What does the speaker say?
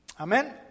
Amen